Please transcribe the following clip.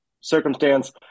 circumstance